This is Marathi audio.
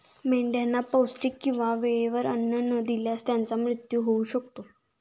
मेंढ्यांना पौष्टिक किंवा वेळेवर अन्न न दिल्यास त्यांचा मृत्यू होऊ शकतो